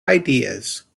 ideas